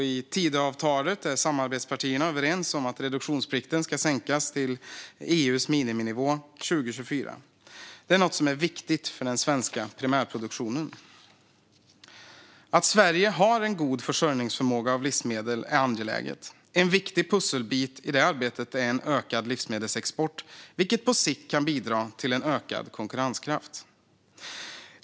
I Tidöavtalet är samarbetspartierna överens om att reduktionsplikten ska sänkas till EU:s miniminivå 2024. Det är viktigt för den svenska primärproduktionen. Att Sverige har en god försörjningsförmåga när det gäller livsmedel är angeläget. En viktig pusselbit i det arbetet är ökad livsmedelsexport, vilket på sikt kan bidra till ökad konkurrenskraft.